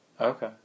Okay